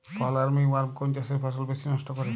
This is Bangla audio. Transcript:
ফল আর্মি ওয়ার্ম কোন চাষের ফসল বেশি নষ্ট করে?